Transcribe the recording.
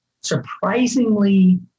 surprisingly